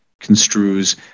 construes